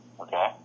Okay